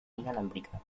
inalámbrica